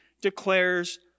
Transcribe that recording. declares